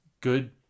good